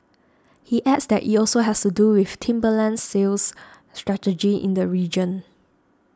he adds that it also has to do with Timberland's sales strategy in the region